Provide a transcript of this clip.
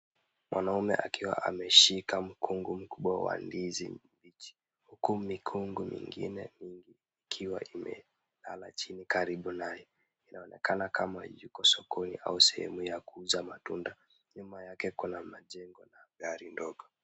Mwanamme akiwa ameshika mkungu mkubwa wa ndizi, huku mikungu mingine ikiwa imelala chini karibu nayo, inaonekana kama iko sokoni au sehemu ya kuuza matunda, nyuma yake kuna majengo na gari ndogo .